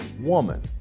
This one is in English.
woman